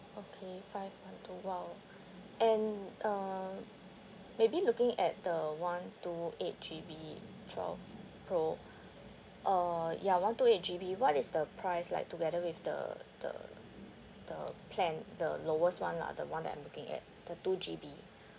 okay five one two !wow! and uh maybe looking at the one two eight G_B twelve pro err ya one two eight G_B what is the price like together with the the the plan the lowest [one] lah the [one] that I'm looking at the two G_B